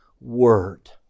word